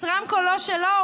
ישראמקו לא שלו,